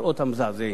המראות המזעזעים.